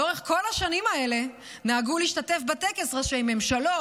לאורך כל השנים האלה נהגו להשתתף בטקס ראשי ממשלות,